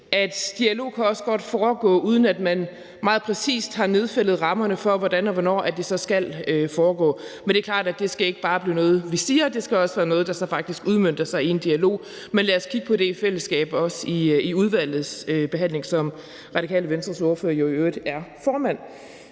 at dialog også godt kan foregå, uden at man meget præcist har nedfældet rammerne for, hvordan og hvornår det så skal foregå. Men det er klart, at det ikke bare skal være noget, vi siger. Det skal også være noget, der så faktisk udmønter sig i en dialog. Lad os kigge på det i fællesskab, også i udvalgets behandling, hvor Radikale Venstres ordfører jo i øvrigt er formand.